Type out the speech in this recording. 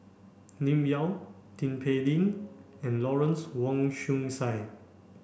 Lim Yau Tin Pei Ling and Lawrence Wong Shyun Tsai